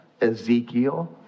Ezekiel